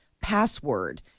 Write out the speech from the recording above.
password